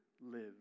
live